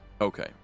Okay